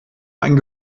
einen